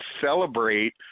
celebrate